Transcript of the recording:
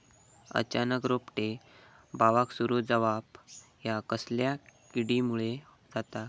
अचानक रोपटे बावाक सुरू जवाप हया कसल्या किडीमुळे जाता?